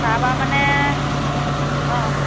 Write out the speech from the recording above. তাৰপৰা মানে অ'